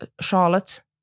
Charlotte